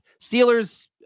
Steelers